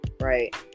right